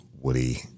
Woody